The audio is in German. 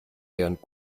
deren